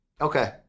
Okay